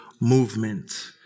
movement